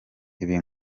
ibi